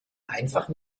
einfach